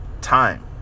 time